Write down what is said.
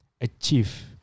achieve